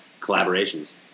collaborations